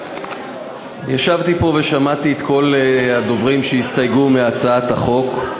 ישבתי פה ושמעתי את כל הדוברים שהסתייגו מהצעת החוק,